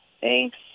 thanks